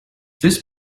this